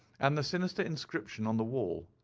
and the sinister inscription on the wall,